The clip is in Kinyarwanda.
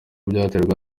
byaterwaga